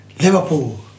Liverpool